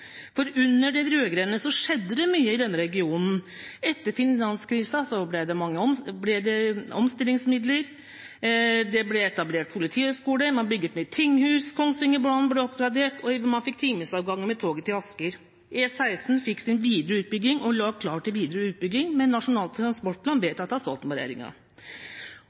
for under de rød-grønne skjedde det mye i denne regionen. Etter finanskrisen ble det bevilget omstillingsmidler, det ble etablert politihøgskole, man bygde nytt tinghus, Kongsvingerbanen ble oppgradert, og man fikk timesavganger på toget til Asker. E16 fikk sin videre utbygging, og det ble gjort klart til videre utbygging ved Nasjonal transportplan vedtatt av